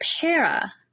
para